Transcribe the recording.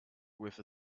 with